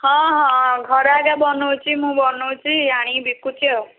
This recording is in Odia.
ହଁ ହଁ ଘରେ ଆଜ୍ଞା ବନାଉଛି ମୁଁ ବନାଉଛି ଆଣିକି ବିକୁଛି ଆଉ